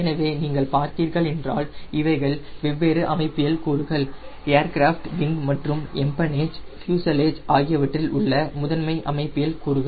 எனவே நீங்கள் பார்த்தீர்கள் என்றால் இவைகள் வெவ்வேறு அமைப்பியல் கூறுகள் ஏர்கிராஃப்ட் விங் மற்றும் என்பனேஜ் ப்யூசலேஜ் ஆகியவற்றில் உள்ள முதன்மை அமைப்பியல் கூறுகள்